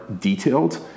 detailed